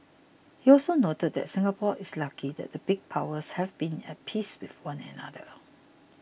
he also noted that Singapore is lucky that the big powers have been at peace with one another